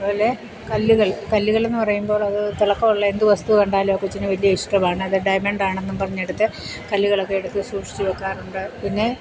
അതുപോലെ കല്ലുകൾ കല്ലുകളെന്ന് പറയുമ്പോൾ അത് തിളക്കമുള്ള എന്ത് വസ്തു കണ്ടാലും ആ കൊച്ചിന് വലിയ ഇഷ്ടമാണ് അത് ഡൈമണ്ട് ആണെന്നും പറഞ്ഞെടുത്ത് കല്ലുകളൊക്കെയെടുത്ത് സൂക്ഷിച്ചുവെയ്ക്കാറുണ്ട് പിന്നെ